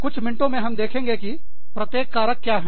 कुछ मिनटों में हम देखेंगे कि प्रत्येक कारक क्या है